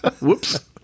Whoops